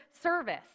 service